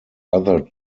other